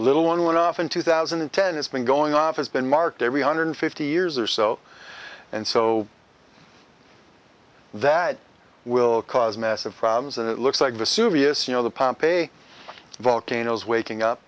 little one went off in two thousand and ten it's been going off it's been marked every hundred fifty years or so and so that will cause massive problems and it looks like the serious you know the pompei volcanoes waking up